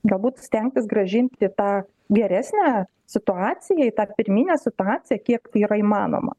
galbūt stengtis grąžinti tą geresnę situaciją į tą pirminę situaciją kiek tai yra įmanoma